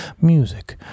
Music